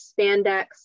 spandex